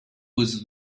whose